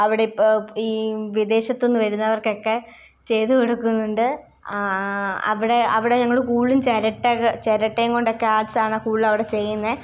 അവടിപ്പം ഈ വിദേശത്തു നിന്നു വരുന്നവർക്കൊക്കെ ചെയ്തു കൊടുക്കുന്നുണ്ട് അവിടെ അവിടെ ഞങ്ങൾ കൂടുതലും ചിരട്ടകൾ ചിരട്ടയും കൊണ്ടൊക്കെ ആർട്സാണ് ഫുള്ളവിടെ കൂടുതലും ചെയ്യുന്നത്